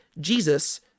jesus